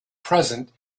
present